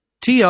TR